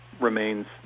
remains